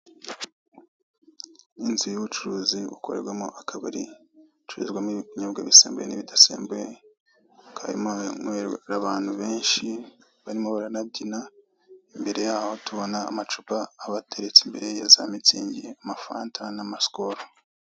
Inzu y'ubucuruzi bukorerwamo akabari, bucururizwamo ibinyobwa bisembuye n'ibidasembuye, hakaba harimo abantu benshi barimo baranabyina. Imbere yaho tubona amacupa abateretse imbere ya za mitsingi, amafanta na za sikoru.